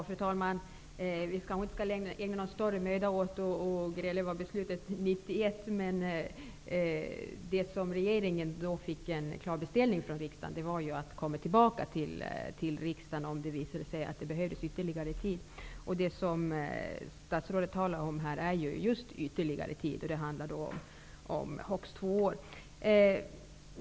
Fru talman! Vi skall kanske inte ägna någon större möda åt att gräla om beslutet 1991. Regeringen fick då en klar beställning från riksdagen om att komma tillbaka till riksdagen, om det visade sig att det behövdes ytterligare tid. Statsrådet talade om just ''ytterligare tid'', och det handlar om högst två år.